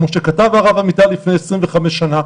כמו שכתב הרב עמיטל לפני 25 שנה,